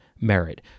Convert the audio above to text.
merit